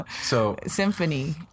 symphony